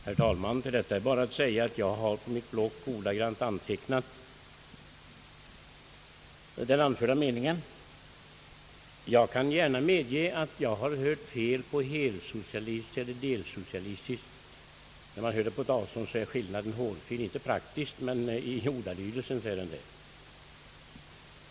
Herr talman! Till detta är bara att säga att jag i mitt block ordagrant har antecknat den anförda meningen. Jag medger gärna att jag kan ha hört fel på helsocialistisk och delsocialistisk. När man hör det på avstånd är skillnaden hårfin, inte praktiskt men i innehållet.